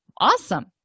awesome